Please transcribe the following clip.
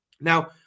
Now